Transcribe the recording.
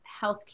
healthcare